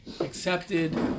accepted